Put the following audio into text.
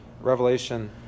Revelation